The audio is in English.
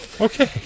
Okay